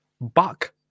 Buck